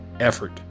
effort